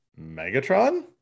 Megatron